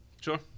sure